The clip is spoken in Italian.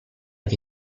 che